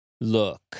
Look